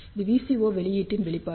இது VCO வெளியீட்டின் வெளிப்பாடு